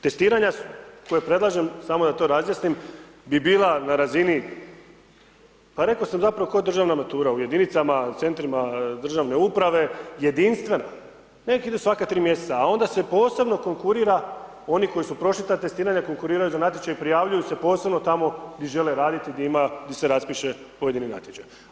Testiranja koje predlažem, samo da to razjasnim bi bila na razini, pa reko sam zapravo ko državna matura u jedinicama, centrima državne uprave, jedinstvena, nek idu svaka tri mjeseca, a onda se posebno konkurira, oni koji su prošli ta testiranja, konkuriraju za natječaj, prijavljuju se posebno tamo gdje žele raditi, gdje ima, gdje se raspiše pojedini natječaj.